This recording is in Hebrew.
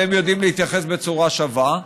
והם יודעים להתייחס בצורה שווה,